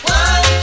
one